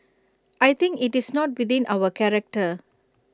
I think IT is not within our character